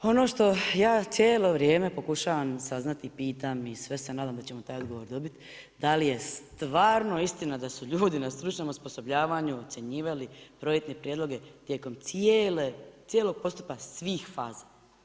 Ono što ja cijelo vrijeme pokušavam saznati, pitam, i sve se nadam da ćemo taj odgovor dobiti, da li je stvarno istina da su ljudi na stručnom osposobljavanju ocjenjivali projektne prijedloge tijekom cijelog postupka, svih faza?